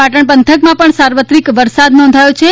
પાટણ પંથકમાં પણ સાર્વત્રિક વરસાદ નોંધાયો છે